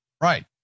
right